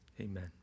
Amen